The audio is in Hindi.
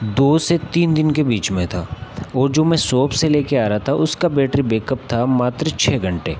दो से तीन दिन के बीच में था और जो मैं सॉप से लेकर आ रहा था उसका बैट्री बेकअप था मात्र छः घंटे